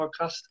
podcast